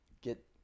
Get